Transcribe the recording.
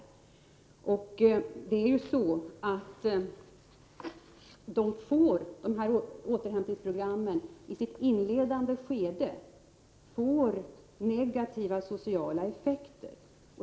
Dessa återhämtningsprogram leder ju i sitt inledande skede till negativa sociala effekter.